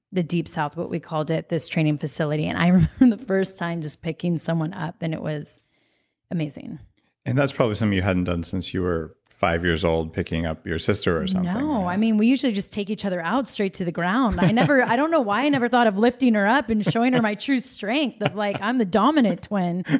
the deep south, what we called it, at this training facility, and i remember and the first time just picking someone up. and it was amazing and that's probably something you hadn't done since you were five years old, picking up your sister or something no. i mean, we usually just take each other out, straight to the ground. i don't don't know why i never thought of lifting her up and showing her my true strength of like, i'm the dominant twin.